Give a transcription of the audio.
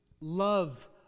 love